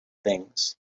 things